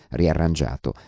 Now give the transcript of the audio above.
riarrangiato